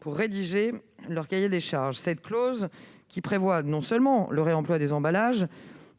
pour rédiger leurs cahiers des charges. Cette clause, qui prévoit non seulement le réemploi des emballages,